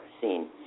seen